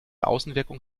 außenwirkung